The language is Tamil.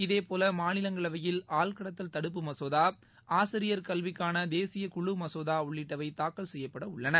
இதேபோல மாநிலங்களவையில் ஆள் கடத்தல் தடுப்பு மசோதா ஆசிரியர் கல்விக்கான தேசிய குழு மசோதா உள்ளிட்டவை தாக்கல் செய்யப்பட உள்ளன